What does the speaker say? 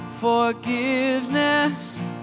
Forgiveness